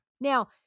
Now